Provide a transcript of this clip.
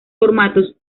formatos